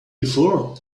before